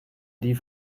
die